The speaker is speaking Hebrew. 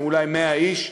אולי 100 איש,